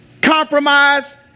compromise